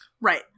Right